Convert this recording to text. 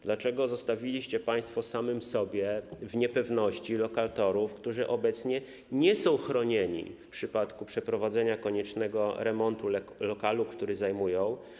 Dlaczego zostawiliście państwo samym sobie, w niepewności lokatorów, którzy obecnie nie są chronieni w przypadku przeprowadzenia koniecznego remontu lokalu, który zajmują?